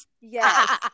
Yes